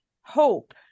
hope